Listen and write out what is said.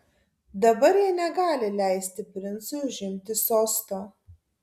dabar jie negali leisti princui užimti sosto